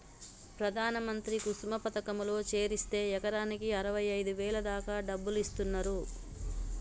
ప్రధాన మంత్రి కుసుమ పథకంలో చేరిస్తే ఎకరాకి అరవైఐదు వేల దాకా డబ్బులిస్తున్నరు